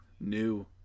new